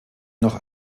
noch